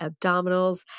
abdominals